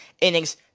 innings